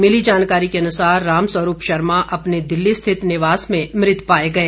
मिली जानकारी के अनुसार रामस्वरूप शर्मा अपने दिल्ली स्थित निवास में मृत पाए गए